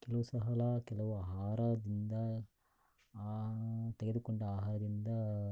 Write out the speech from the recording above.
ಕೆಲವು ಸಲ ಕೆಲವು ಆಹಾರದಿಂದ ತೆಗೆದುಕೊಂಡ ಆಹಾರಿಂದ